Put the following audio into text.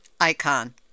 icon